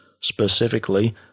specifically